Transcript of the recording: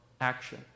action